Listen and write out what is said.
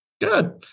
Good